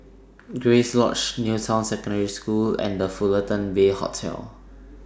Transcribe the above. Grace Lodge New Town Secondary School and The Fullerton Bay Hotel